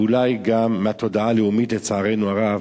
ואולי גם מהתודעה הלאומית, לצערנו הרב,